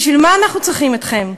בשביל מה אנחנו צריכים אתכם,